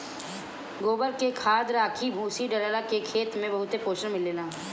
गोबर के खाद, राखी, भूसी डालला से खेत के बहुते पोषण मिलेला